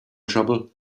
trouble